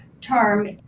term